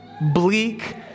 bleak